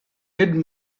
kid